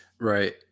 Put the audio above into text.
Right